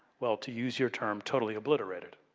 well to use your term totally obliterated.